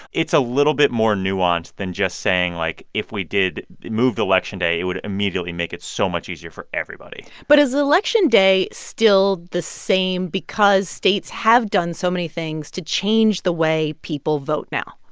it's a little bit more nuanced than just saying, like, if we did move election day, it would immediately make it so much easier for everybody but is election day still the same because states have done so many things to change the way people vote now?